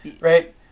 right